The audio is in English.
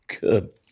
Good